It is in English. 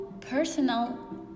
personal